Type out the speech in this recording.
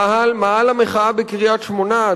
מאהל המחאה בקריית-שמונה,